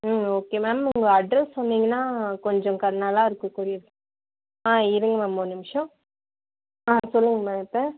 ம் okay ma'am உங்கள் address சொன்னீங்கன்னா கொஞ்சம் க நல்லாருக்கும் கொரியர் இருங்க மேம் ஒரு நிமிஷம் சொல்லுங்கள் மேம் இப்போ